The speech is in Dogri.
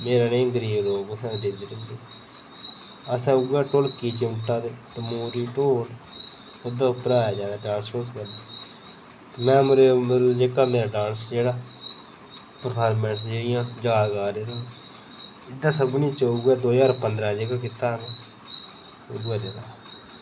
जेह्ड़े रेह् न गरीब लोक उत्थै ते डीजे डूजे असें उऐ ढोलकी चिमटा ते मोरी ढोल ओह्दे उप्पर गै जैदा डांस डूंस करदे में मल मतलब जेह्का मेरा डांस जेह्ड़ा परफार्मैंस जेह्ड़ियां यादगार तां इं'दे सभनें च उ'ऐ दो ज्हार पंदरां जेह्का कीता हा ओह् याद ऐ